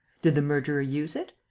did the murderer use it?